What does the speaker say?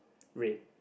rate